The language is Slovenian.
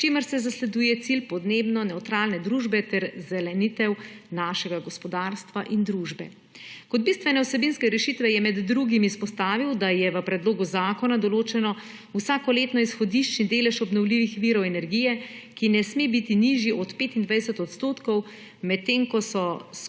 s čimer se zasleduje cilj podnebno nevtralne družbe ter zelenitev našega gospodarstva in družbe. Kot bistvene vsebinske rešitve je med drugim izpostavil, da je v predlogu zakona določen vsakoletni izhodiščni delež obnovljivih virov energije, ki ne sme biti nižji od 25 %, medtem ko so skupni